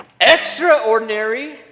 Extraordinary